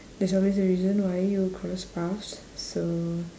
there's always a reason why you will cross paths so